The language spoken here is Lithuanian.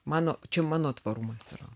mano čia mano tvarumas yra